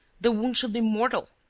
the wound should be mortal?